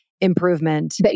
improvement